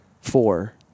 four